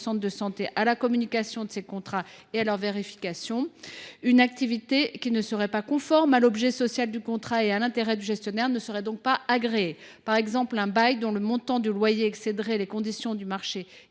centres de santé à la communication de leurs contrats et à la vérification d’iceux. Une activité qui ne serait pas conforme à l’objet social du contrat et à l’intérêt du gestionnaire ne serait donc pas agréée. Par exemple, un bail dont le loyer excéderait les conditions du marché